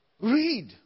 Read